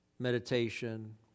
Meditation